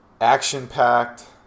action-packed